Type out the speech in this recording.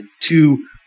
two